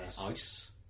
Ice